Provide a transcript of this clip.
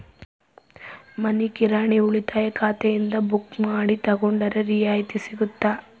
ಮನಿ ಕಿರಾಣಿ ಉಳಿತಾಯ ಖಾತೆಯಿಂದ ಬುಕ್ಕು ಮಾಡಿ ತಗೊಂಡರೆ ರಿಯಾಯಿತಿ ಸಿಗುತ್ತಾ?